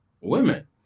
women